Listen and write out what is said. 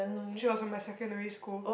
she was from my secondary school